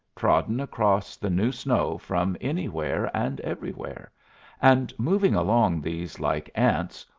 trodden across the new snow from anywhere and everywhere and moving along these like ants,